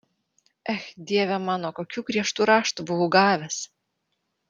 ech dieve mano kokių griežtų raštų buvau gavęs